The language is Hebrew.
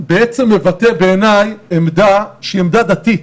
בעצם מבטא בעיניי עמדה שהיא עמדה דתית,